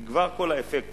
כי כבר כל האפקט